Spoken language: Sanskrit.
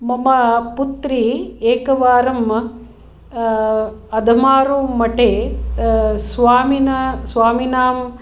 मम पुत्री एकवारम् अदमारुमटे स्वामीनां